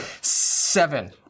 Seven